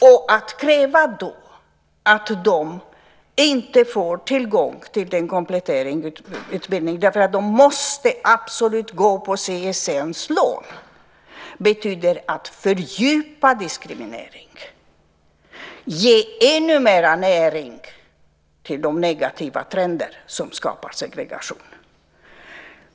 Att då kräva att de inte ska få tillgång till kompletteringsutbildning därför att de absolut måste gå på CSN:s lån betyder att fördjupa diskrimineringen, att ge ännu mera näring åt de negativa trender som skapar segregation.